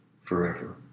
forever